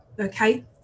okay